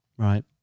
Right